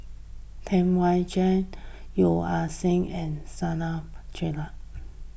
Tam Wai Jia Yeo Ah Seng and Nasir Jalil